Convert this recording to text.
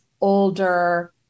older